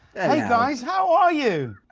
hey guys, how are you?